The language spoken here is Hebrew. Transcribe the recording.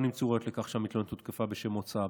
לא נמצאו ראיות לכך שהמתלוננת הותקפה בשל מוצאה.